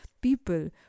people